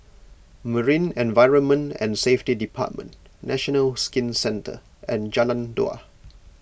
Marine Environment and Safety Department National Skin Centre and Jalan Dua